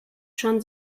schon